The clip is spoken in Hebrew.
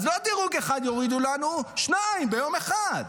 אז לא דירוג אחד יורידו לנו, שניים ביום אחד.